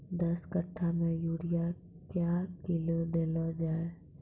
दस कट्ठा मे यूरिया क्या किलो देलो जाय?